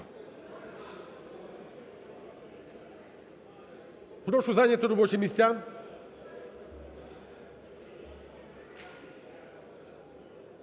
Прошу зайняти робочі місця.